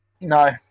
No